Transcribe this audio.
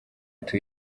ati